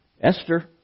Esther